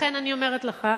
לכן אני אומרת לך,